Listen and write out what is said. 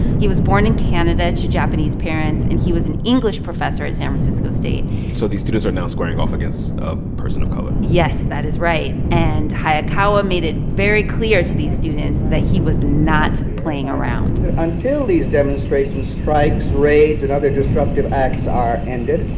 he was born in canada to japanese parents, and he was an english professor at san francisco state so these students are now squaring off against a person of color yes, that is right. and hayakawa made it very clear to these students that he was not playing around until these demonstrations, strikes, raids and other disruptive acts are ended,